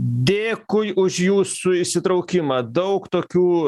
dėkui už jūsų įsitraukimą daug tokių